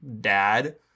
dad